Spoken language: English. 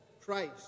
Christ